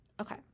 Okay